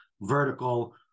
vertical